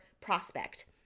prospect